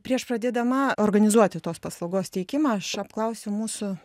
prieš pradėdama organizuoti tos paslaugos teikimą aš apklausiau mūsų